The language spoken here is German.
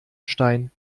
stein